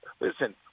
Listen